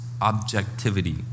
objectivity